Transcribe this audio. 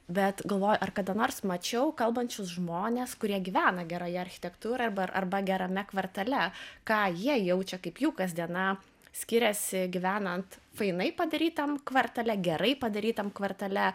bet galvoju ar kada nors mačiau kalbančius žmones kurie gyvena geroje architektūrą ar arba gerame kvartale ką jie jaučia kaip jų kasdiena skiriasi gyvenant fainai padarytam kvartale gerai padarytam kvartale